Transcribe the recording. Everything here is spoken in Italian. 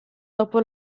dopo